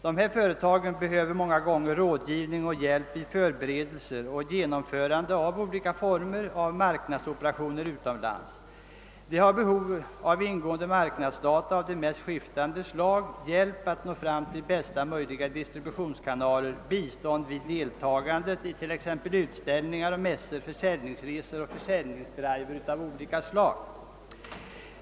Dessa företag behöver många gånger rådgivning och hjälp till förberedelser och genomförande av olika former av marknadsoperationer utomlands. De har behov av ingående marknadsdata av de mest skiftande slag, hjälp att nå fram till bästa möjliga distributionskanaler samt bistånd vid deltagande i t.ex. utställningar, mässor, försäljningsresor och försäljningskampanjer av olika slag.